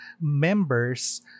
members